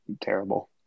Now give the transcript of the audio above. terrible